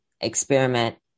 experiment